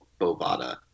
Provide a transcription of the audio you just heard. Bovada